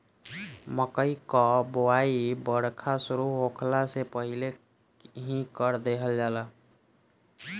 मकई कअ बोआई बरखा शुरू होखला से पहिले ही कर देहल जाला